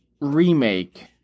remake